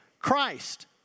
Christ